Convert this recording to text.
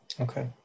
Okay